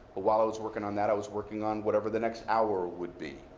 while i was working on that, i was working on whatever the next hour would be.